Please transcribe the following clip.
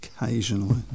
occasionally